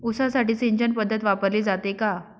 ऊसासाठी सिंचन पद्धत वापरली जाते का?